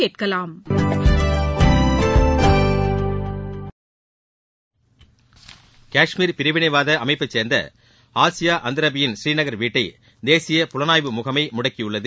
கஷ்மீர் பிரிவினைவாத அமைப்பைச்சேர்ந்த ஆசியா அந்தரபியின் ஸ்ரீநகர் வீட்டை தேசிய புலனாய்வு முகமை முடக்கியுள்ளது